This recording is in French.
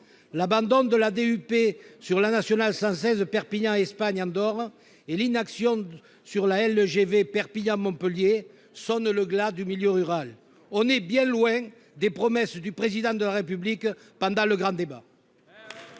s'agissant de la nationale 116 Perpignan-Espagne-Andorre et l'inaction sur la ligne à grande vitesse Perpignan-Montpellier sonnent le glas du milieu rural. On est bien loin des promesses du Président de la République pendant le grand débat